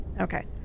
Okay